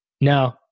No